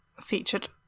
featured